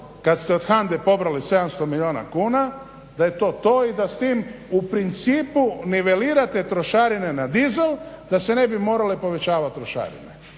kad ste od HANDA-e pobrali 700 milijuna kuna da je to to, i da s tim u principu nivelirate trošarine na dizel da se ne bi morale povećavat trošarine.